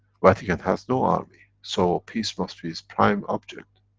vatican has no army, so peace must be its prime object.